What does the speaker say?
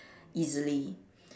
easily